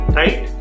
right